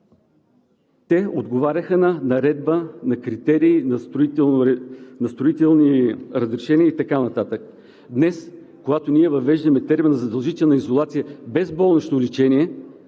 Те отговаряха на наредба, на критерии, на строителни разрешения и така нататък. Днес, когато ние въвеждаме термина „задължителна изолация без болнично лечение“,